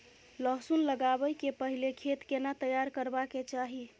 लहसुन लगाबै के पहिले खेत केना तैयार करबा के चाही?